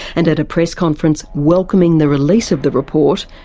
and at a press conference welcoming the release of the report,